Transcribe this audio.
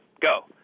Go